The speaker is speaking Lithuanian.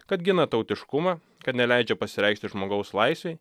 kad gina tautiškumą kad neleidžia pasireikšti žmogaus laisvei